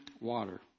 water